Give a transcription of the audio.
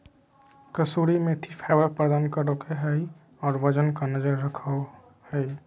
कसूरी मेथी फाइबर प्रदान करो हइ और वजन पर नजर रखो हइ